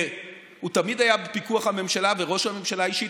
והוא תמיד היה בפיקוח הממשלה ושל ראש הממשלה אישית,